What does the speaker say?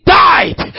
died